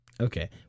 Okay